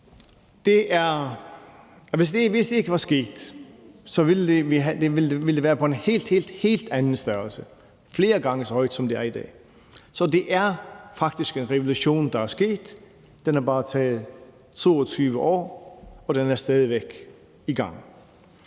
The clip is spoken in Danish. Hvis det ikke var sket ville det være af en helt, helt anden størrelse – flere gange så stort, som det er i dag. Så det er faktisk en revolution, der er sket. Den har bare taget 22 år, og den er stadig væk i gang.